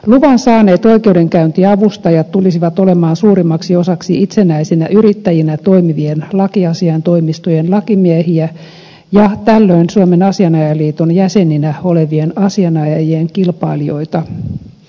luvan saaneet oikeudenkäyntiavustajat tulisivat olemaan suurimmaksi osaksi itsenäisinä yrittäjinä toimivien lakiasiaintoimistojen lakimiehiä ja tällöin suomen asianajajaliiton jäseninä olevien asianajajien kilpailijoita